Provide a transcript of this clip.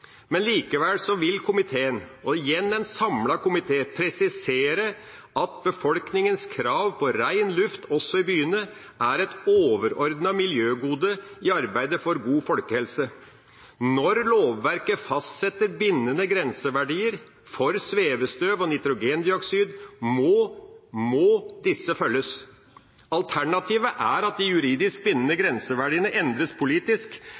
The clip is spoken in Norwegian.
Men likevel vil komiteen – igjen en samlet komité – presisere at befolkningens krav på rein luft også i byene er et overordnet miljøgode i arbeidet for god folkehelse. Når lovverket fastsetter bindende grenseverdier for svevestøv og nitrogendioksid, må disse følges. Alternativet er at de juridisk bindende grenseverdiene endres politisk,